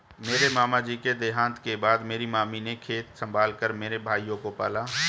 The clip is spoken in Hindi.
मेरे मामा जी के देहांत के बाद मेरी मामी ने खेत संभाल कर मेरे भाइयों को पाला